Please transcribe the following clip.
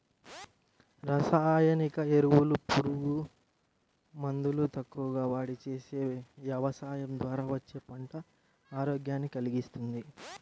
రసాయనిక ఎరువులు, పురుగు మందులు తక్కువగా వాడి చేసే యవసాయం ద్వారా వచ్చే పంట ఆరోగ్యాన్ని కల్గిస్తది